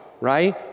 right